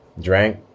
drank